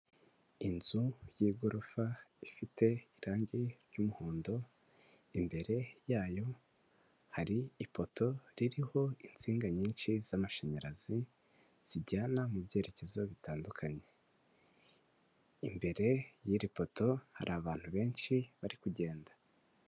Inzu y'igorofa, ifite irangi ry'muhondo, imbere yayo hari ipoto ririho insinga nyinshi z'amashanyarazi, zijyana mu byerekezo bitandukanye. Imbere y'iri poto hari abantu benshi bari kugenda.